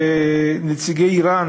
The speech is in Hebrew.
נציגי איראן